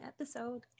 episode